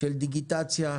של דיגיטציה,